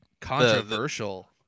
controversial